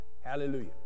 Hallelujah